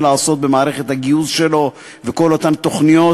לעשות במערכת הגיוס שלו וכל אותן תוכניות,